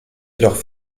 jedoch